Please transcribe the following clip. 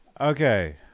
Okay